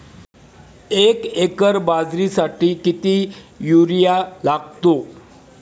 एक एकर बाजरीसाठी किती युरिया लागतो?